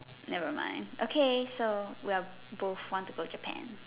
never mind okay so we are both want to go Japan